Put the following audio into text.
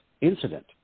incident